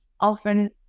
Often